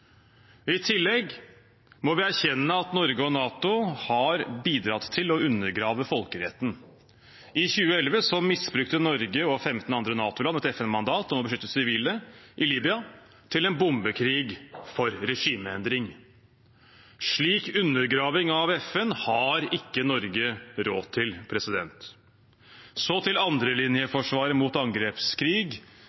I tillegg må vi erkjenne at Norge og NATO har bidratt til å undergrave folkeretten. I 2011 misbrukte Norge og 15 andre NATO-land et FN-mandat om å beskytte sivile i Libya til å gjennomføre en bombekrig for regimeendring. Slik undergraving av FN har ikke Norge råd til. Så til